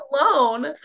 alone